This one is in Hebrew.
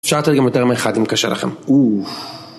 אפשר לתת גם יותר מאחד אם קשה לכם.